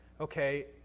Okay